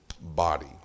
body